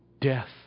death